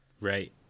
Right